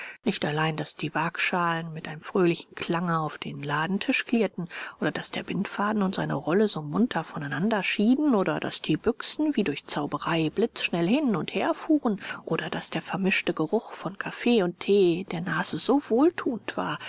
nicht allein daß die wagschalen mit einem fröhlichen klange auf den ladentisch klirrten oder daß der bindfaden und seine rolle so munter voneinander schieden oder daß die büchsen wie durch zauberei blitzschnell hin und her fuhren oder daß der vermischte geruch von kaffee und thee der nase so wohlthuend war